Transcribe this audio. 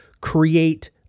create